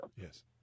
Yes